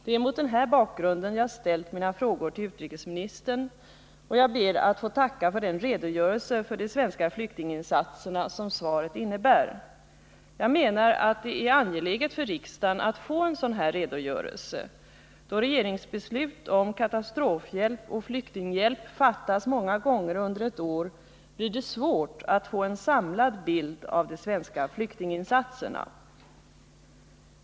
Det är mot denna bakgrund jag ställt mina frågor till utrikesministern, och jag ber att få tacka för den redogörelse för de svenska flyktinginsatserna som svaret innebär. Jag menar att det är angeläget för riksdagen att få en sådan här redogörelse. Då regeringsbeslut om katastrofhjälp och flyktinghjälp fattas många gånger under ett år, blir det svårt att få en samlad bild av de svenska flyktinginsatserna.